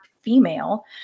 female